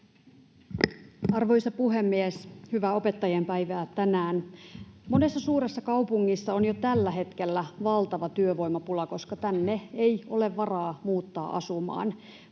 Arvoisa puhemies! Hyvää opettajien päivää tänään! — Monessa suuressa kaupungissa on jo tällä hetkellä valtava työvoimapula, koska niihin ei ole varaa muuttaa asumaan,